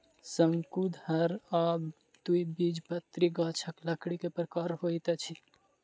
शंकुधर आ द्विबीजपत्री गाछक लकड़ी के प्रकार होइत अछि